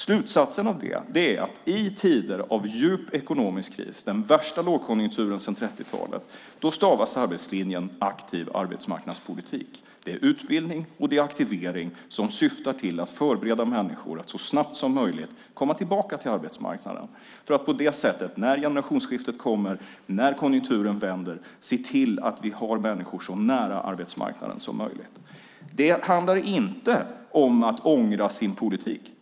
Slutsatsen av det är att i tider av djup ekonomisk kris - den värsta lågkonjunkturen sedan 30-talet - stavas arbetslinjen aktiv arbetsmarknadspolitik. Det är utbildning och aktivering som syftar till att förbereda människor att så snabbt som möjligt komma tillbaka till arbetsmarknaden. På så sätt ser vi till att vi har människor så nära arbetsmarknaden som möjligt när generationsskiftet kommer och konjunkturen vänder. Det handlar inte om att ångra sin politik.